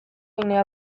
ginea